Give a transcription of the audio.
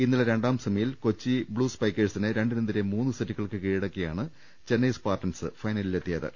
ഇന്നലെ രണ്ടാം സെമിയിൽ കൊച്ചി ബ്ലൂ സ്പൈക്കേ ഴ്സിനെ രണ്ടിനെതിരെ മൂന്ന് സെറ്റുകൾക്ക് കീഴടക്കിയാണ് ചെന്നൈ സ്പാർട്ടൻസ് ഫൈനലിലെത്തിയത്